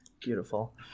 Beautiful